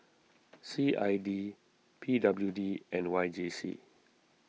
C I D P W D and Y J C